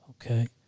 Okay